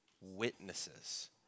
Witnesses